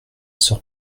sœur